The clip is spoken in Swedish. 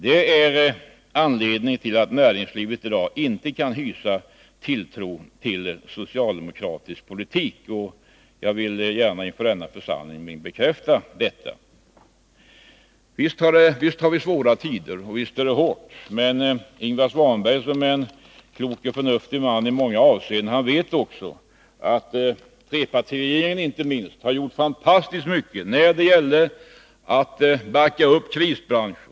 Det är anledningen till att näringslivet i dag inte kan hysa tilltro till socialdemokratisk politik. Jag vill gärna inför denna församling bekräfta detta. Visst har vi svåra tider. Men Ingvar Svanberg, som är en förnuftig man i många avseenden, vet också att inte minst trepartiregeringen har gjort mycket i fråga om att backa upp krisbranscher.